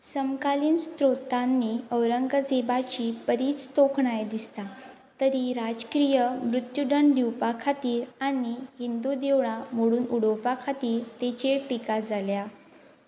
समकालीन स्रोतांनी औरंगझेबाची पररीच तोखणाय दिसता तरी राजक्रीय मृत्यूदंड दिवपा खातीर आनी हिंदू देवळां मोडून उडोवपा खातीर तेचेर टिका जाल्या